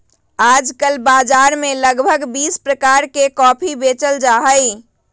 आजकल बाजार में लगभग बीस प्रकार के कॉफी बेचल जाहई